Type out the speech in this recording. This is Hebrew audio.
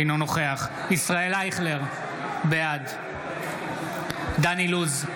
אינו נוכח ישראל אייכלר, בעד דן אילוז,